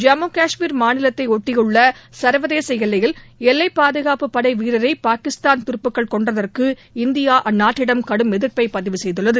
ஜம்மு கவஷ்மீர் மாநிலத்தை ஒட்டியுள்ள சா்வதேச எல்லையில் எல்லைப் பாதுகாப்பு படை வீரரை பாகிஸ்தான் துருப்புகள் கொன்றதற்கு இந்தியா அந்நாட்டிடம் கடும் எதிர்ப்பை பதிவு செய்துள்ளது